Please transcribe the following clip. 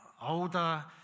older